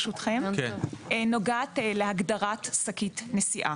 נוגעת להגדרת שקית נשיאה.